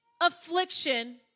affliction